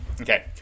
okay